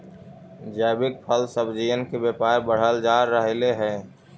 जैविक फल सब्जियन के व्यापार बढ़ल जा रहलई हे